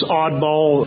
oddball